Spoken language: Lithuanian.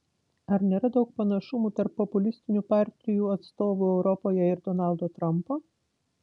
ar nėra daug panašumų tarp populistinių partijų atstovų europoje ir donaldo trumpo